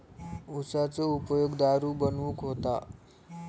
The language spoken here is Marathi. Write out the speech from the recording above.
उसाचो उपयोग दारू बनवूक होता